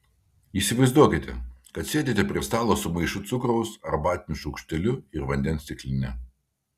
įsivaizduokite kad sėdite prie stalo su maišu cukraus arbatiniu šaukšteliu ir vandens stikline